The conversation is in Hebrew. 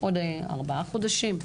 עוד ארבעה חודשים,